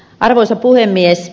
arvoisa puhemies